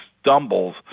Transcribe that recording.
stumbles